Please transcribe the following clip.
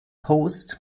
post